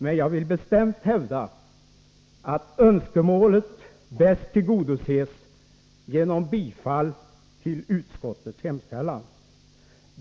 Men jag vill bestämt hävda att önskemålet bäst tillgodoses genom bifall till utskottets hemställan.